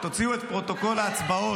פרוטוקול ההצבעות.